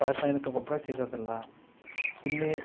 ರಾಸಾಯನಿಕ ಗೊಬ್ಬರ ಸಿಗುದಿಲ್ಲ ಇಲ್ಲಿ